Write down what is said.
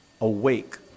awake